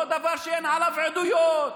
לא דבר שאין עליו עדויות.